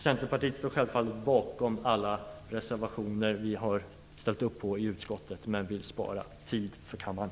Centerpartiet står självfallet bakom alla reservationer vi har ställt upp på i utskottet, men vill spara tid för kammaren.